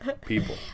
people